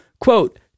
quote